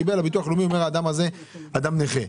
קיבל הביטוח הלאומי וקבע שהאדם הזה הוא אדם נכה,